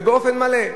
ובאופן מלא.